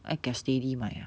ai kia steady mai ah